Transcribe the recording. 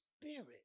spirit